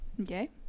okay